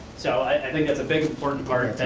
so, i think that's a big important part,